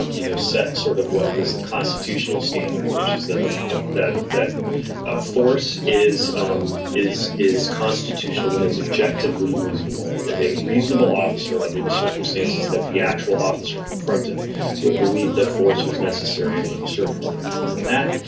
you know, set sort of what is the constitutional standard, which is that of of that that force is um is is constitutional when it's objectively reasonable, if a reasonable officer under the circumstances that. the actual officer confronted would believe that force was necessary under the circumstances and that,